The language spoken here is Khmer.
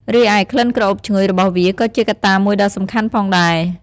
រីឯ ក្លិនក្រអូបឈ្ងុយ របស់វាក៏ជាកត្តាមួយដ៏សំខាន់ផងដែរ។